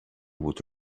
would